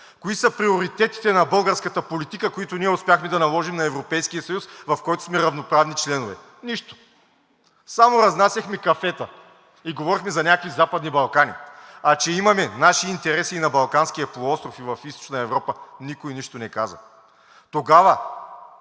Кои са приоритетите на българската политика, които ние успяхме да наложим на Европейския съюз, в който сме равноправни членове? Нищо! Само разнасяхме кафета и говорихме за някакви Западни Балкани. А че имаме наши интереси и на Балканския полуостров, и в Източна Европа – никой нищо не каза. Тогава